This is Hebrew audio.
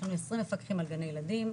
יש לנו 29 מפקחים על גני ילדים,